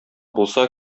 булса